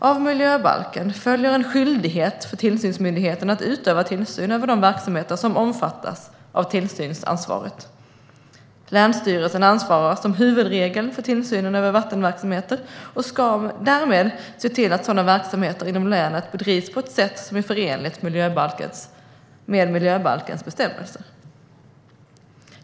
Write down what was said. Av miljöbalken följer en skyldighet för tillsynsmyndigheten att utöva tillsyn över de verksamheter som omfattas av tillsynsansvaret. Länsstyrelsen ansvarar som huvudregel för tillsynen över vattenverksamheter och ska därmed se till att sådana verksamheter inom länet bedrivs på ett sätt som är förenligt med miljöbalkens bestämmelser.